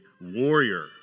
warrior